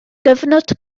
gyfnod